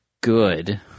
good